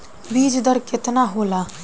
बीज दर केतना होला?